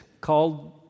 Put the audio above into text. called